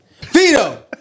Veto